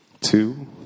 two